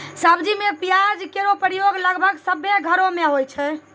सब्जी में प्याज केरो प्रयोग लगभग सभ्भे घरो म होय छै